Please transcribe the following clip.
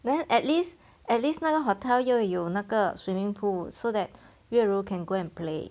then at least at least 那个 hotel 又有那个 swimming pool so that 月如 can go and play